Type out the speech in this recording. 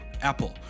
apple